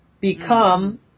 become